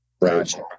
right